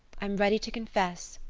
i'm ready to confess.